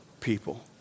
people